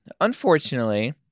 unfortunately